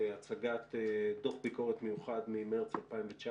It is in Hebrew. הצגת דוח ביקורת מיוחד ממרץ 2019,